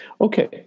Okay